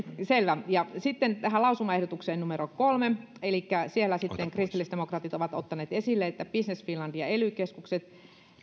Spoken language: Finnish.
selvä sitten tähän lausumaehdotukseen numero kolme elikkä siellä sitten kristillisdemokraatit ovat ottaneet esille että business finlandin ja ely